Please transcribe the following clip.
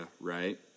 Right